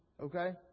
Okay